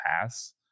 pass